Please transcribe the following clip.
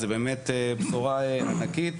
זה באמת בשורה ענקית.